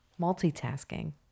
Multitasking